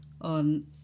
on